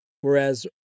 whereas